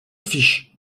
fiche